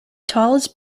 tallest